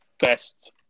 best